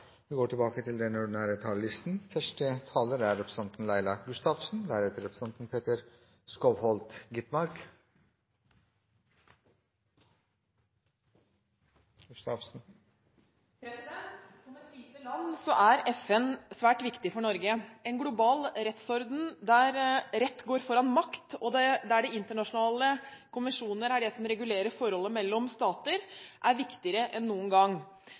vi ikke å se i framtiden. Replikkordordskiftet er avsluttet. Som et lite land så er FN svært viktig for Norge. En global rettsorden – der rett går foran makt, og der internasjonale konvensjoner er det som regulerer forholdet mellom stater – er viktigere enn noen gang.